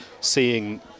seeing